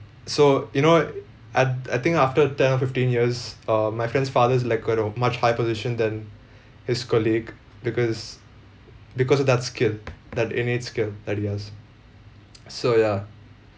so you know and I think after ten or fifteen years uh my friend's father's like got a much higher position than his colleague because because of that skill that innate skill that he has so ya